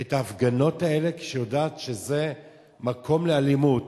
את ההפגנות האלה, כשהיא יודעת שזה מקום לאלימות?